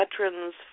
veterans